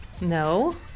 No